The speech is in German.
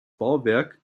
bauwerk